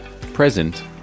present